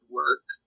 work